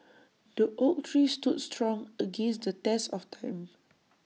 the oak tree stood strong against the test of time